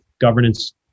governance